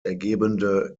ergebende